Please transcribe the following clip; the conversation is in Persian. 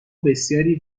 بسیاری